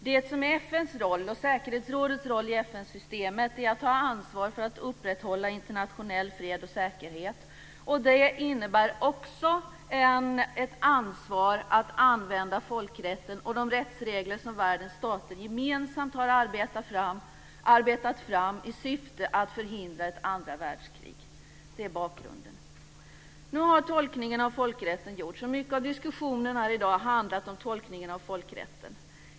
Det som är FN:s roll och säkerhetsrådets roll i FN-systemet är att ta ansvar för att upprätthålla internationell fred och säkerhet, och det innebär också ett ansvar när det gäller att använda folkrätten och de rättsregler som världens stater gemensamt har arbetat fram i syfte att förhindra ett tredje världskrig. Det är bakgrunden. Nu har tolkningen av folkrätten gjorts, och mycket av diskussionen här i dag har handlat om tolkningen av folkrätten.